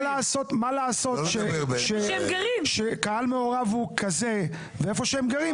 אבל מה לעשות שקהל מעורב הוא כזה ואיפה שהם גרים,